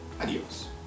Adios